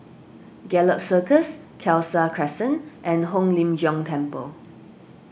Gallop Circus Khalsa Crescent and Hong Lim Jiong Temple